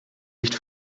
nicht